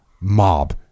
mob